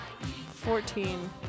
Fourteen